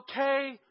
okay